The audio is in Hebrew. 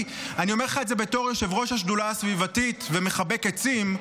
אני אומר לך את זה בתור יושב-ראש השדולה הסביבתית ומחבק עצים,